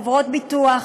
בחברות ביטוח,